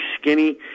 skinny